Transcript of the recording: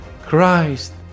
Christ